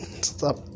stop